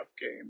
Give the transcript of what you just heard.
game